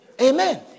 Amen